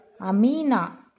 Amina